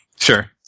Sure